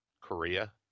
Korea